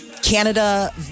Canada